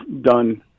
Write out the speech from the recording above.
done